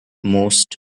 most